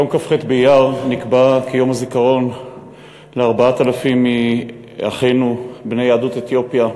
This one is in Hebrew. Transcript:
יום כ"ח באייר נקבע כיום הזיכרון ל-4,000 מאחינו בני יהדות אתיופיה,